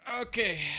Okay